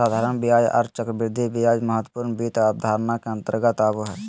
साधारण ब्याज आर चक्रवृद्धि ब्याज महत्वपूर्ण वित्त अवधारणा के अंतर्गत आबो हय